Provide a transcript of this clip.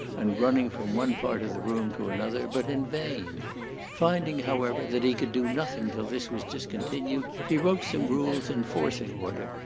and running from one part of the room to another, but in vain finding, however, that he could do nothing till this was discontinued, he wrote some rules, enforcing order,